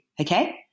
Okay